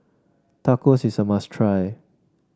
tacos is a must try